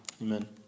Amen